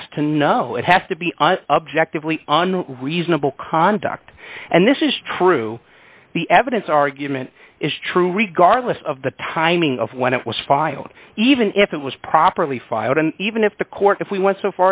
has to know it has to be objective on reasonable conduct and this is true the evidence argument is true regardless of the timing of when it was filed even if it was properly filed and even if the court if we went so